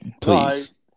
Please